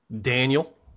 Daniel